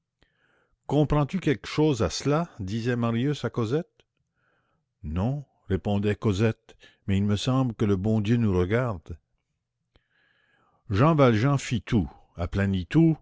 comprends-tu quelque chose à cela disait marius à cosette non répondait cosette mais il me semble que le bon dieu nous regarde jean valjean fit tout aplanit